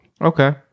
Okay